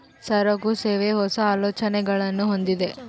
ಸರಕು, ಸೇವೆ, ಹೊಸ, ಆಲೋಚನೆಗುಳ್ನ ಹೊಂದಿದ